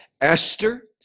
Esther